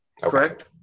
correct